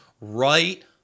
right